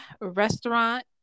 restaurant